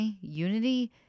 Unity